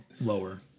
lower